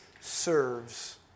serves